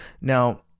now